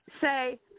say